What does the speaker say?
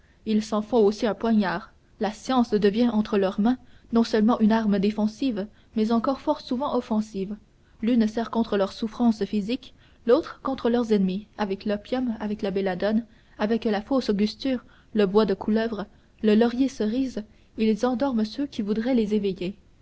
ils s'en font aussi un poignard la science devient entre leurs mains non seulement une arme défensive mais encore fort souvent offensive l'une sert contre leurs souffrances physiques l'autre contre leurs ennemis avec l'opium avec la belladone avec la fausse angusture le bois de couleuvre le laurier cerise ils endorment ceux qui voudraient les réveiller